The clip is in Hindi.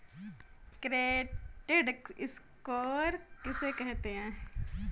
क्रेडिट स्कोर किसे कहते हैं?